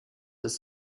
ist